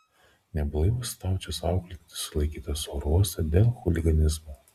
neblaivus staučės auklėtinis sulaikytas oro uoste dėl chuliganizmo